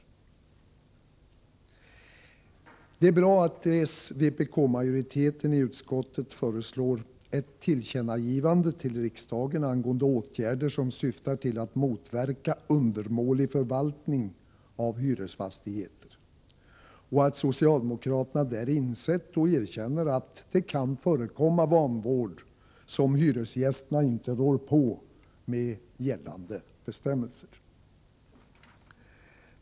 Det är bra att s-vpk-majoriteten i utskottet föreslår ett tillkännagivande till riksdagen angående åtgärder som syftar till att motverka undermålig förvaltning av hyresfastigheter, och att socialdemokraterna där insett och erkänner att det kan förekomma vanvård som hyresgästerna inte rår på med gällande bestämmelser.